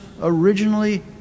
originally